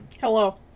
hello